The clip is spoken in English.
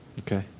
okay